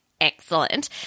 excellent